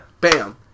Bam